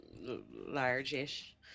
large-ish